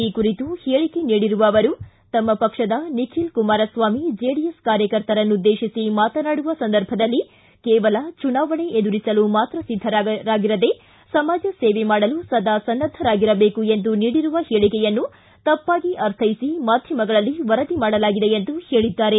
ಈ ಕುರಿತು ಹೇಳಿಕೆ ನೀಡಿರುವ ಅವರು ತಮ್ಮ ಪಕ್ಷದ ನಿಖಿಲ್ ಕುಮಾರಸ್ವಾಮಿ ಜೆಡಿಎಸ್ ಕಾರ್ಯಕರ್ತರನ್ನು ಉದ್ದೇಶಿಸಿ ಮಾತನಾಡುವ ಸಂದರ್ಭದಲ್ಲಿ ಕೇವಲ ಚುನಾವಣೆ ಎದುರಿಸಲು ಮಾತ್ರ ಸಿದ್ಧರಾಗಿರದೇ ಸಮಾಜ ಸೇವೆ ಮಾಡಲು ಸದಾ ಸನ್ನದ್ಧರಾಗಿರಬೇಕು ಎಂದು ನೀಡಿರುವ ಹೇಳಿಕೆಯನ್ನು ತಪ್ಪಾಗಿ ಅರ್ಥೈಸಿ ಮಾಧ್ಯಮಗಳಲ್ಲಿ ವರದಿ ಮಾಡಲಾಗಿದೆ ಎಂದು ಹೇಳಿದ್ದಾರೆ